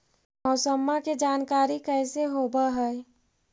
मौसमा के जानकारी कैसे होब है?